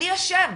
אני אשם,